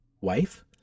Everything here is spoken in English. wife